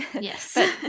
Yes